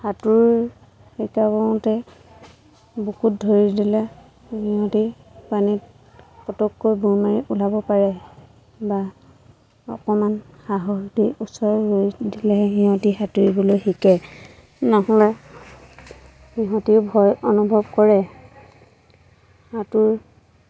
সাঁতোৰ শিকা কৰোঁতে বুকুত ধৰি দিলে সিহঁতি পানীত পতককৈ বুৰ মাৰি ওলাব পাৰে বা অকমান সাহস দি ওচৰত ৰৈ দিলে সিহঁতি সাঁতুৰিবলৈ শিকে নহ'লে সিহঁতি ভয় অনুভৱ কৰে সাঁতোৰ